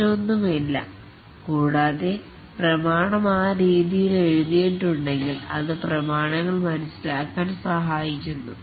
തെറ്റുകൾ ഒന്നും ഇല്ല കൂടാതെ പ്രമാണം ആ രീതിയിൽ എഴുതിയട്ടുണ്ടെങ്കിൽ അത് പ്രമാണങ്ങൾ മനസ്സിലാക്കാൻ സഹായിക്കുന്നു